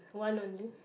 one only